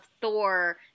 Thor